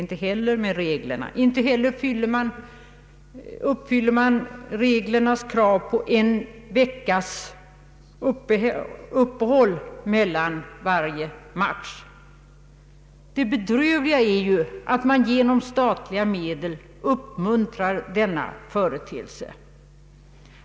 Inte heller efterföljs reglernas krav om en veckas uppehåll efter varje match. Det bedrövliga är att man med statliga anslag uppmuntrar denna företeelse.